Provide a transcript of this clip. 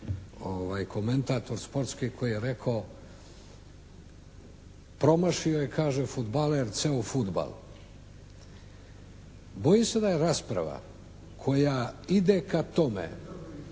komentator sportski, koji je rekao, promašio je fudbaler ceo fudbal. Bojim se da je rasprava koja ide ka tome